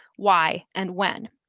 why, and when.